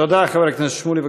תודה, חבר הכנסת שמולי.